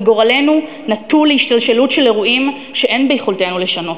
וגורלנו נתון להשתלשלות של אירועים שאין ביכולתנו לשנות.